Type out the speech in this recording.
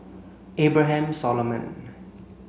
Abraham Solomon